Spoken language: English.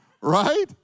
Right